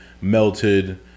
melted